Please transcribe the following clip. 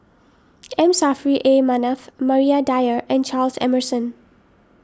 M Saffri A Manaf Maria Dyer and Charles Emmerson